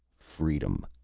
freedom!